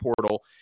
portal